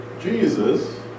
Jesus